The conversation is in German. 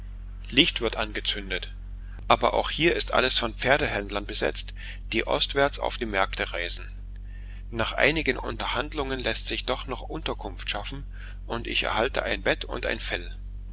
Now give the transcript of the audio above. licht wird angezündet aber auch hier ist alles von pferdehändlern besetzt die ostwärts auf die märkte reisen nach einigen unterhandlungen läßt sich doch noch unterkunft schaffen und ich erhalte ein bett und ein fell